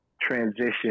transition